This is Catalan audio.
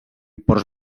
ports